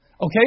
okay